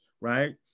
right